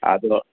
ᱟᱫᱚ